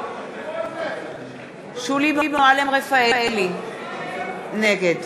שולי מועלם-רפאלי, נגד